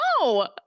no